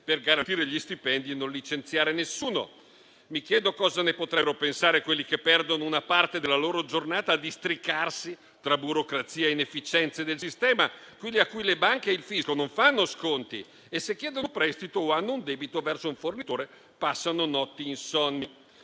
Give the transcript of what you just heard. per garantire gli stipendi e non licenziare nessuno. Mi chiedo che cosa ne potrebbero pensare quelli che perdono una parte della loro giornata a districarsi tra burocrazia e inefficienze del sistema, quelli cui le banche e il fisco non fanno sconti e che, se chiedono un prestito o hanno un debito verso un fornitore, passano notti insonni.